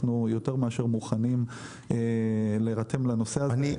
אנחנו יותר מאשר מוכנים להירתם לנושא הזה.